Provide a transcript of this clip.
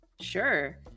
sure